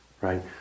Right